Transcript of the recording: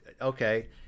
Okay